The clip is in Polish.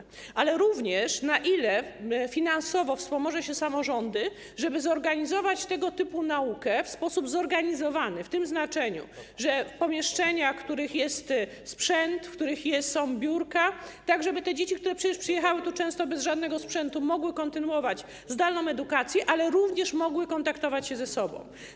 Chciałabym się dowiedzieć również, na ile finansowo wspomoże się samorządy, żeby przygotować tego typu naukę w sposób zorganizowany - w tym znaczeniu, że będzie to w pomieszczeniach, w których jest sprzęt, w których są biurka, tak żeby te dzieci, które przecież przyjechały tu często bez żadnego sprzętu, mogły kontynuować zdalną edukację, ale również mogły kontaktować się ze sobą.